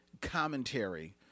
commentary